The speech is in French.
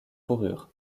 fourrures